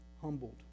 humbled